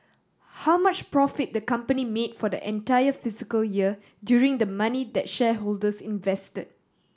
how much profit the company made for the entire fiscal year using the money that shareholders invested